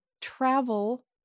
travel